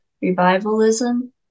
revivalism